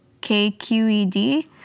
KQED